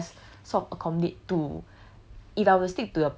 okay technically I can just sort of accommodate two